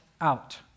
out